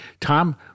Tom